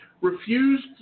refused